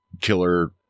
killer